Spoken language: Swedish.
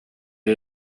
det